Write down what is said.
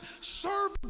serve